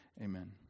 amen